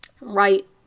Right